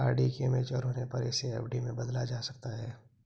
RD के mature होने पर इसे एफ.डी में बदला जा सकता है